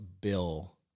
bill